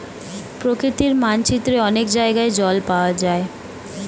প্রকৃতির মানচিত্রে অনেক জায়গায় জল পাওয়া যায়